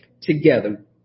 together